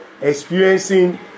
experiencing